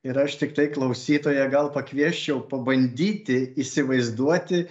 ir aš tiktai klausytoja gal pakviesčiau pabandyti įsivaizduoti